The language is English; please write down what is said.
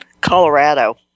Colorado